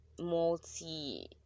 multi